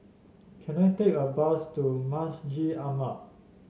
can I take a bus to Masjid Ahmad